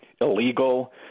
illegal